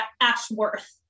Ashworth